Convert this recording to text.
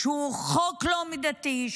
שהוא חוק לא מידתי,